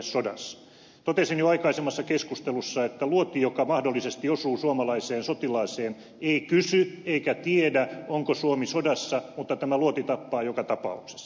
totesin jo aikaisemmassa keskustelussa että luoti joka mahdollisesti osuu suomalaiseen sotilaaseen ei kysy eikä tiedä onko suomi sodassa mutta tämä luoti tappaa joka tapauksessa